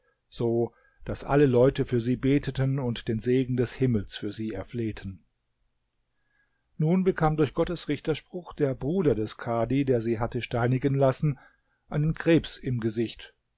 so daß alle leute für sie beteten und den segen des himmels für sie erflehten nun bekam durch gottes richterspruch der bruder des kadhi der sie hatte steinigen lassen einen krebs im gesicht